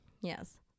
Yes